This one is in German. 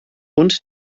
und